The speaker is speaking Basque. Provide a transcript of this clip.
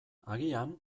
agian